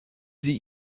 sie